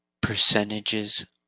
percentages